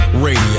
Radio